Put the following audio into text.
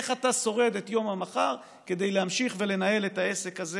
איך אתה שורד את יום המחר כדי להמשיך ולנהל את העסק הזה